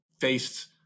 faced